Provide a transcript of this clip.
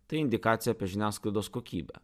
tai indikacija apie žiniasklaidos kokybę